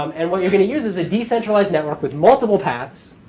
um and what you are going to use is a decentralized network with multiple paths.